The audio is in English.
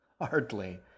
Hardly